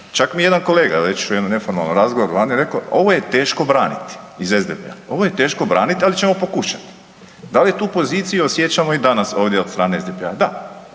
čak mi je jedan kolega već u jednom neformalnom razgovoru vani rekao, ovo je teško braniti, iz SDP-a. Ovo je teško braniti, ali ćemo pokušati. Da li tu poziciju osjećamo i danas ovdje od strane SDP-a? Da,